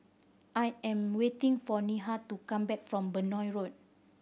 I am waiting for Neha to come back from Benoi Road